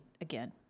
again